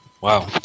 Wow